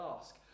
ask